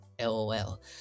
lol